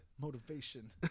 Motivation